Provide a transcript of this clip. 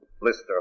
Blister